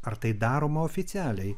ar tai daroma oficialiai